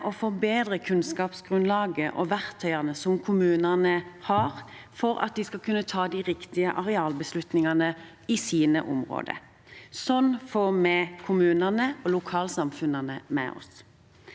derfor med å forbedre kunnskapsgrunnlaget og verktøyene kommunene har, for at de skal kunne ta de riktige arealbeslutningene i sine områder. Sånn får vi kommunene og lokalsamfunnene med oss.